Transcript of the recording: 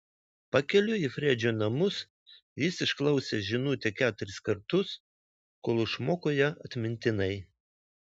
pakeliui į fredžio namus jis išklausė žinutę keturis kartus kol išmoko ją atmintinai